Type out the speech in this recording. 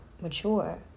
mature